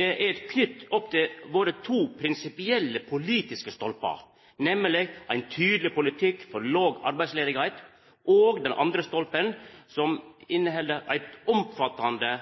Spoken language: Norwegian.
Dette er knytt til to prinsipielle politiske stolpar, nemleg ein tydeleg politikk for låg arbeidsløyse og eit omfattande